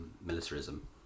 Militarism